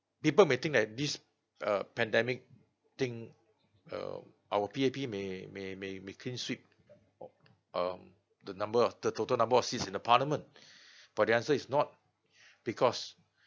people may think that this uh pandemic thing um our P_A_P may may may may clean sweep um the number of the total number of seats in parliament but the answer is not because